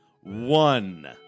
one